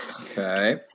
Okay